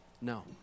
No